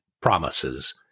promises